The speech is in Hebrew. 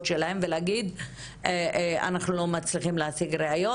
שלהם ולהגיד אנחנו לא מצליחים להציג ראיות,